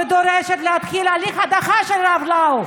ודורשת להתחיל הליך הדחה של הרב לאו.